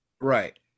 right